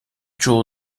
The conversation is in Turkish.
çoğu